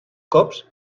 cops